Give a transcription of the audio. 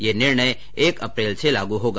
ये निर्णय एक अप्रैल से लागू होगा